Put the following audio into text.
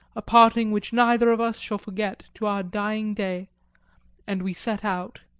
a parting which neither of us shall forget to our dying day and we set out.